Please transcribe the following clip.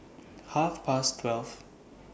Half Past twelve